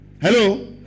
Hello